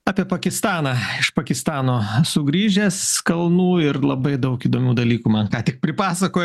apie pakistaną iš pakistano sugrįžęs kalnų ir labai daug įdomių dalykų man ką tik pripasakojo